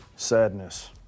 Sadness